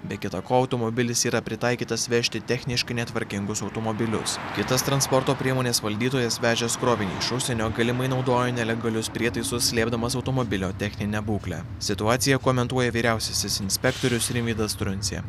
be kita ko automobilis yra pritaikytas vežti techniškai netvarkingus automobilius kitas transporto priemonės valdytojas vežęs krovinį iš užsienio galimai naudojo nelegalius prietaisus slėpdamas automobilio techninę būklę situaciją komentuoja vyriausiasis inspektorius rimvydas truncė